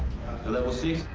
level six,